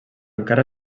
encara